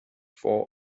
for